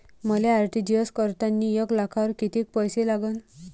मले आर.टी.जी.एस करतांनी एक लाखावर कितीक पैसे लागन?